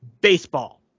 baseball